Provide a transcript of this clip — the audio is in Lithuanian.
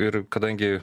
ir kadangi